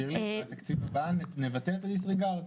שירלי, בתקציב הבא נבטל את הדיסריגרד.